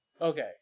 Okay